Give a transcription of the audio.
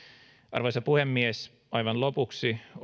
arvoisa puhemies aivan lopuksi